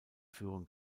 führen